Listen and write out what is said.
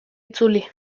itzuli